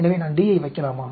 எனவே நான் D யை வைக்கலாமா